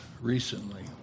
recently